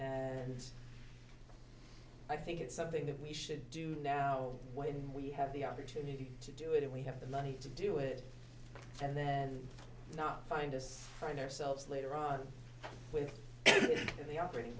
time i think it's something that we should do now when we have the opportunity to do it if we have the money to do it and then not find us find ourselves later on with the operating